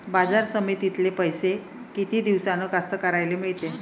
बाजार समितीतले पैशे किती दिवसानं कास्तकाराइले मिळते?